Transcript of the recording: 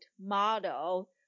model